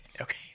Okay